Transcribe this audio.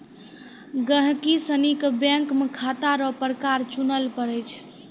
गहिकी सनी के बैंक मे खाता रो प्रकार चुनय लै पड़ै छै